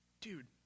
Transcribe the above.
Dude